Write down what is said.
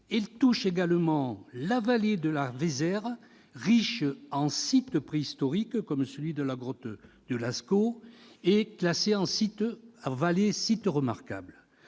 Elle concerne également la vallée de la Vézère, riche en sites préhistoriques, comme celui de la grotte de Lascaux, et classée site remarquable.